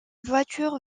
voiture